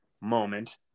moment